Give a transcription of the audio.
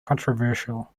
controversial